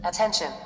Attention